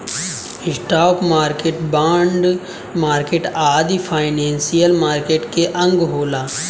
stock market, bond market आदि financial market के अंग होला